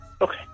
Okay